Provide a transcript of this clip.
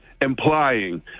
implying